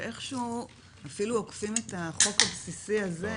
שאיכשהו אפילו עוקפים את החוק הבסיסי הזה,